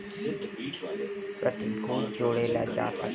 सार्वजानिक stock exchange में सूचीबद्ध प्रतिभूति जोड़ल जा सकेला